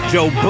Joe